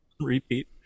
Repeat